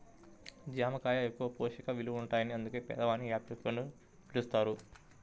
జామ కాయ ఎక్కువ పోషక విలువలుంటాయని అందుకే పేదవాని యాపిల్ పండు అని పిలుస్తారు